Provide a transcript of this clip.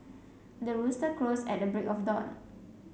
the rooster crows at the break of dawn